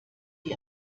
die